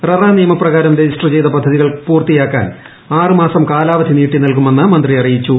RERA നിയമപ്രകാരം register ചെയ്ത പദ്ധത്തിക്ൽക്ക് പൂർത്തിയാക്കാൻ ആറു മാസം കാലാവധി നീട്ടിനൽകുമ്മെന്ന് മന്ത്രി അറിയിച്ചു